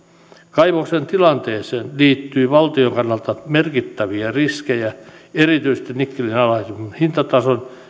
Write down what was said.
kaivoksen tilanteeseen liittyy valtion kannalta merkittäviä riskejä erityisesti nikkelin alhaisen hintatason